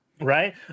right